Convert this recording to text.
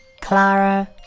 clara